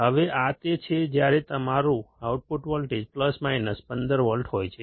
હવે આ તે છે જ્યારે તમારું output voltage plus minus 15 volt હોય છે